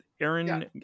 Aaron